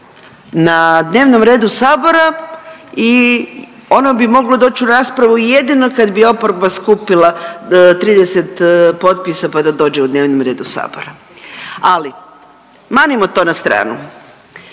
na dnevnom redu Sabora i ono bi moglo doći u raspravu jedino kad bi oporba skupina 30 potpisa pa da dođe u dnevnim redu Sabora. Ali, manimo to na stranu.